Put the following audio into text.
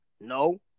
No